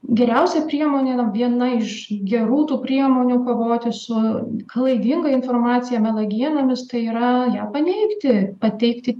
geriausia priemonė yra viena iš gerų tų priemonių kovoti su klaidinga informacija melagienomis tai yra ją paneigti pateikti